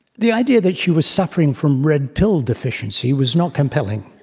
the idea that she was suffering from red pill deficiency was not compelling.